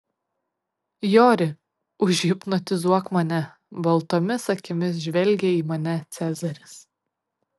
jori užhipnotizuok mane baltomis akimis žvelgė į mane cezaris